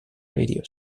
radio